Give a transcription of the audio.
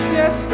yes